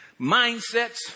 mindsets